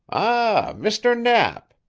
ah, mr. knapp,